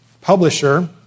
publisher